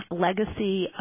legacy